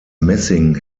messing